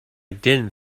didn’t